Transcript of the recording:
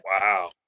Wow